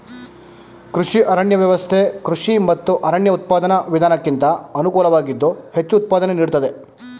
ಕೃಷಿ ಅರಣ್ಯ ವ್ಯವಸ್ಥೆ ಕೃಷಿ ಮತ್ತು ಅರಣ್ಯ ಉತ್ಪಾದನಾ ವಿಧಾನಕ್ಕಿಂತ ಅನುಕೂಲವಾಗಿದ್ದು ಹೆಚ್ಚು ಉತ್ಪಾದನೆ ನೀಡ್ತದೆ